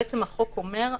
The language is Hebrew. בעצם החוק אומר: